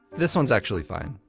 this one's actually fine.